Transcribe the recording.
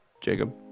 Jacob